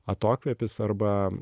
atokvėpis arba